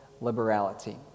liberality